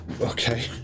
Okay